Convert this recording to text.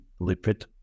lipid